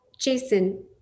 Jason